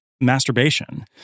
masturbation